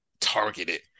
targeted